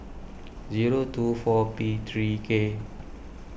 zero two four P three K